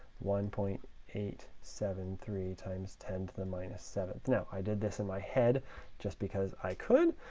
one point eight seven three times ten to the minus seven. now, i did this in my head just because i could,